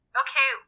okay